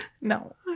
no